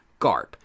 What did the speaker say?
Garp